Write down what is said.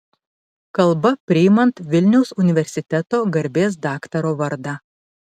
kalba priimant vilniaus universiteto garbės daktaro vardą